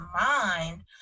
mind